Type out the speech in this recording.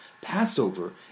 Passover